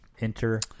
enter